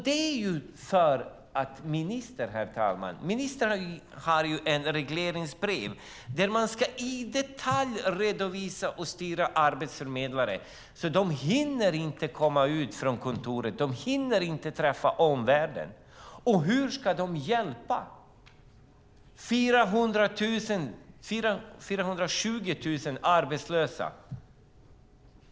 Det är för att ministern, herr talman, har ett regleringsbrev där det sägs att man i detalj ska redovisa och styra arbetsförmedlare. De hinner inte komma ut från kontoren och träffa omvärlden. Hur ska de hjälpa? Det är 420 000 arbetslösa.